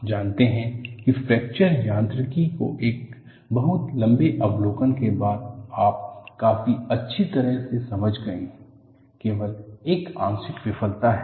आप जानते हैं कि फ्रैक्चर यांत्रिकी के एक बहुत लंबे अवलोकन के बाद आप काफी अच्छी तरह से समझ गए हैं केवल एक आंशिक विफलता है